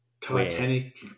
Titanic